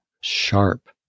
sharp